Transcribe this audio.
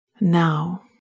Now